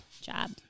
job